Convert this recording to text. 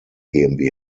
gmbh